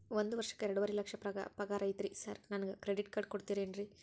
ಒಂದ್ ವರ್ಷಕ್ಕ ಎರಡುವರಿ ಲಕ್ಷ ಪಗಾರ ಐತ್ರಿ ಸಾರ್ ನನ್ಗ ಕ್ರೆಡಿಟ್ ಕಾರ್ಡ್ ಕೊಡ್ತೇರೆನ್ರಿ?